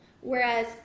Whereas